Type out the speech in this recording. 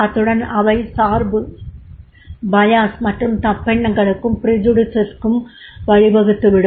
அத்துடன் அவை சார்பு மற்றும் தப்பெண்ணங்களுக்கும் வழிவகுத்துவிடும்